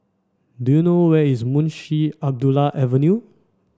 do you know where is Munshi Abdullah Avenue